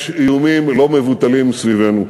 יש איומים לא מבוטלים סביבנו.